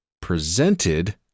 presented